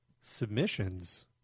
submissions